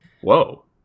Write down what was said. Whoa